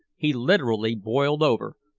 he literally boiled over,